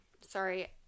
sorry